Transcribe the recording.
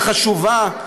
החשובה,